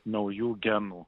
naujų genų